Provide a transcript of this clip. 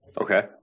Okay